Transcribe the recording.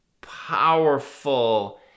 powerful